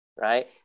right